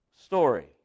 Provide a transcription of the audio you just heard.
story